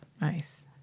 Nice